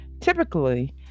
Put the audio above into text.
Typically